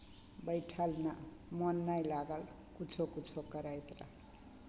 बैठलमे मोन नहि लागल किछो किछो करैत रहलहुँ